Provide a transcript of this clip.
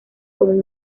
con